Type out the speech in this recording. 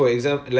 on your